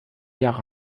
jahre